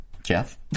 Jeff